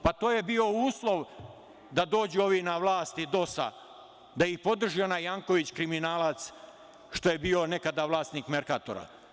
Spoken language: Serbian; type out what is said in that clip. Pa, to je bio uslov da dođu ovi na vlast iz DOS-a, da ih podrži onaj Janković kriminalac, što je bio nekada vlasnik „Merkatora“